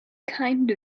kind